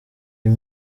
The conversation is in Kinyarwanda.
uyu